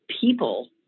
people